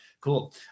Cool